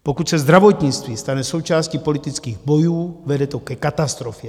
Pokud se zdravotnictví stane součástí politických bojů, vede to ke katastrofě.